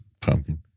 Pumpkin